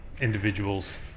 individuals